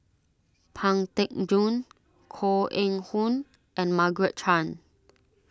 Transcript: Pang Teck Joon Koh Eng Hoon and Margaret Chan